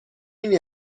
این